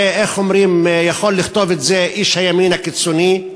את זה, איך אומרים, יכול לכתוב איש הימין הקיצוני,